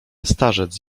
starzec